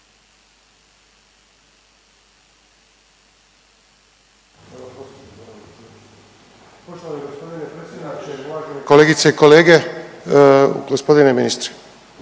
kolegice i kolege, gospodine ministre